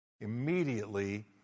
immediately